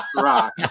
rock